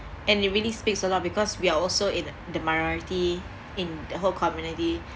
and it really speaks a lot because we are also in the minority in the whole community